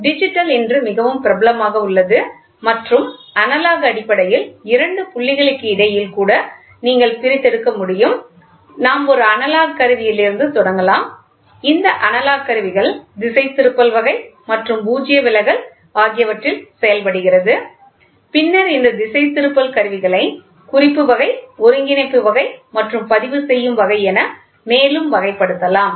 digital இன்று மிகவும் பிரபலமாக உள்ளது மற்றும் அனலாக் அடிப்படையில் இரண்டு புள்ளிகளுக்கு இடையில் கூட நீங்கள் பிரித்தெடுக்க முடியும் நாம் ஒரு அனலாக் கருவியில் இருந்து தொடங்கலாம் இந்த அனலாக் கருவிகள் திசைதிருப்பல் வகை மற்றும் பூஜ்ய விலகல் ஆகியவற்றில் செயல்படுகிறது பின்னர் இந்த திசைதிருப்பல் கருவிகளைக் குறிப்பு வகை ஒருங்கிணைப்பு வகை மற்றும் பதிவு செய்யும் வகை என மேலும் வகைப்படுத்தலாம்